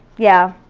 yeah,